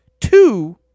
Two